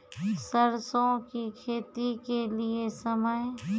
सरसों की खेती के लिए समय?